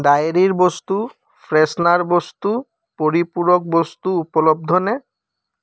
ডায়েৰীৰ বস্তু ফ্ৰেছনাৰ বস্তু পৰিপূৰক বস্তু উপলব্ধনে